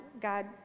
God